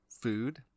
food